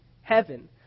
heaven